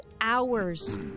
hours